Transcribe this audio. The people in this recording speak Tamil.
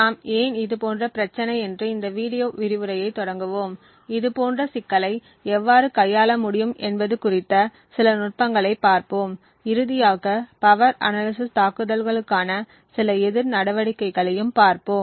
நாம் ஏன் இதுபோன்ற பிரச்சினை என்று இந்த வீடியோ விரிவுரையைத் தொடங்குவோம் இதுபோன்ற சிக்கலை எவ்வாறு கையாள முடியும் என்பது குறித்த சில நுட்பங்களைப் பார்ப்போம் இறுதியாக பவர் அனாலிசிஸ் தாக்குதல்களுக்கான சில எதிர் நடவடிக்கைகளையும் பார்ப்போம்